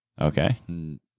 Okay